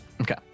Okay